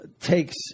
takes